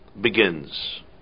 begins